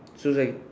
so it's like